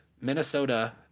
Minnesota